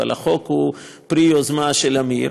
אבל החוק הוא פרי יוזמה של עמיר,